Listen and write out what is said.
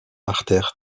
artères